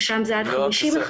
שם זה עד 50 מכלים.